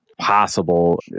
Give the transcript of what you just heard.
possible